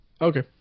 Okay